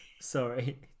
sorry